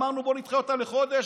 אמרנו: בואו נדחה אותה בחודש.